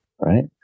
right